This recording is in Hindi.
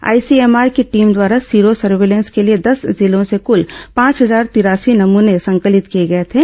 आईसीएमआर की टीम द्वारा सीरो सर्विलेंस के लिए दस जिलों से कुल पांच हजार तिरासी नमूने संकलित किए गए थे